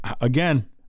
again